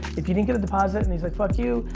if you didn't get a deposit and he's like, fuck you.